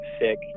sick